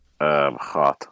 hot